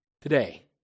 today